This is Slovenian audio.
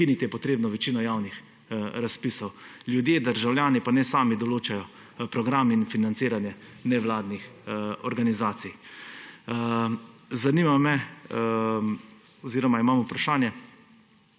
Ukiniti je treba večino javnih razpisov. Ljudje, državljani pa naj sami določajo program in financiranje nevladnih organizacij. Zanima me oziroma imam vprašanje,